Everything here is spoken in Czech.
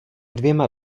dvěma